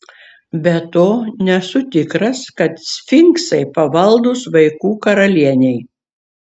be to nesu tikras kad sfinksai pavaldūs vaikų karalienei